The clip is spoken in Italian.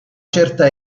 certa